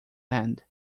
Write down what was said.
hand